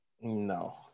No